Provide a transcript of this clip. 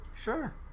Sure